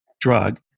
drug